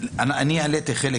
אני העליתי חלק